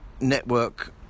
network